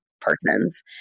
persons